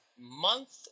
month